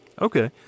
Okay